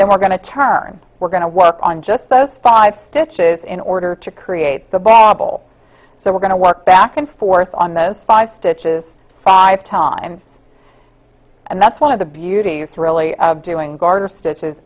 then we're going to term we're going to work on just those five stitches in order to create the babble so we're going to work back and forth on those five stitches five times and that's one of the beauties really of doing garden stitches